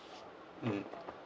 mm